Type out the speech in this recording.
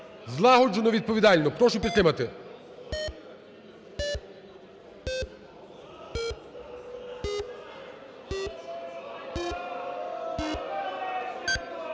злагоджено, відповідально. Прошу підтримати.